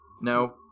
No